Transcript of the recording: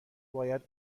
باید